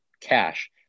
cash